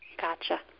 Gotcha